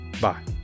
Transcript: Bye